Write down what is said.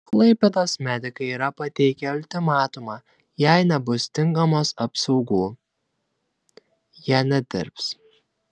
klaipėdos medikai yra pateikę ultimatumą jei nebus tinkamos apsaugų jie nedirbs